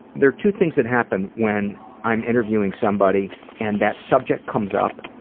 there are two things that happen when i'm interviewing somebody and that subject comes up.